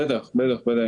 בטח, בוודאי.